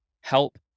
help